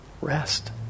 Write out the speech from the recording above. rest